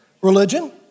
Religion